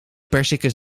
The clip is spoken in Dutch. perziken